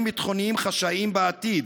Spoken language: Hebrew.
עימה קשרים ביטחוניים חשאיים בעתיד.